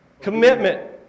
Commitment